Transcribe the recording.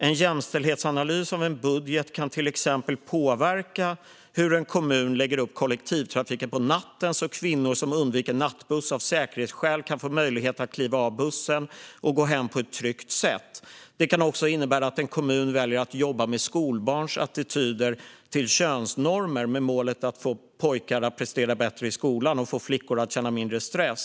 - En jämställdhetsanalys av en budget kan till exempel påverka hur en kommun lägger upp kollektivtrafiken på natten, så kvinnor som undviker nattbuss av säkerhetsskäl kan få möjlighet att kliva av bussen och gå hem på ett tryggt sätt. Det kan också innebära att en kommun väljer att jobba med skolbarns attityder till könsnormer med målet att få pojkar att prestera bättre i skolan och att få flickor att känna mindre stress.